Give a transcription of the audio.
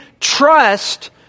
trust